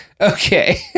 Okay